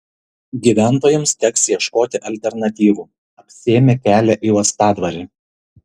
gyventojams teks ieškoti alternatyvų apsėmė kelią į uostadvarį